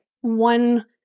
one